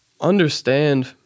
understand